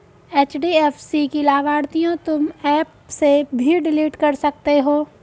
HDFC की लाभार्थियों तुम एप से भी डिलीट कर सकते हो